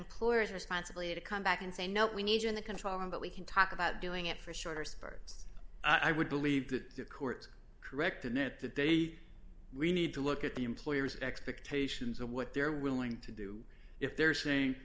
employer's responsibly to come back and say no we need you in the control room but we can talk about doing it for shorter spurts i would believe that the court corrected it that they we need to look at the employer's expectations of what they're willing to do if they're saying